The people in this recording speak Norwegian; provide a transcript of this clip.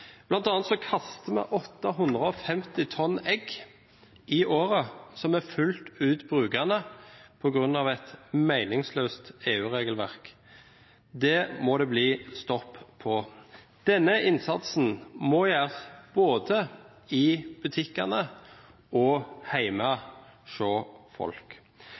kaster vi 850 tonn egg i året – egg som er fullt ut brukbare – på grunn av et meningsløst EU-regelverk. Det må det bli stopp på. Denne innsatsen må gjøres både i butikkene og hjemme hos folk.